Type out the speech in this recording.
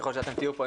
ככל שאתם תהיו פה,